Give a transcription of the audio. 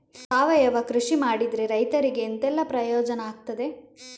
ಸಾವಯವ ಕೃಷಿ ಮಾಡಿದ್ರೆ ರೈತರಿಗೆ ಎಂತೆಲ್ಲ ಪ್ರಯೋಜನ ಆಗ್ತದೆ?